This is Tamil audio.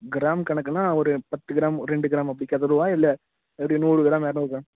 கிராம் கணக்குன்னால் ஒரு பத்து கிராம் ரெண்டு கிராம் அப்படி கட்டி தரவா இல்லை எப்படி நூறு கிராம் இரநூறு கிராம்